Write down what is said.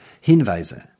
Hinweise